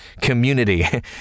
community